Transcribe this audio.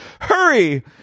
Hurry